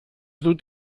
dut